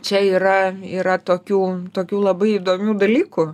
čia yra yra tokių tokių labai įdomių dalykų